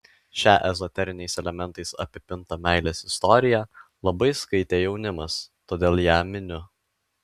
šią ezoteriniais elementais apipintą meilės istoriją labai skaitė jaunimas todėl ją miniu